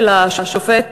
של השופט,